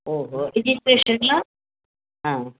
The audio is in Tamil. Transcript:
ஓஹோ ரிஜிஸ்ட்ரேஷன்லாம் ஆ